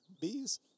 bees